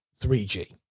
3G